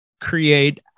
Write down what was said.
create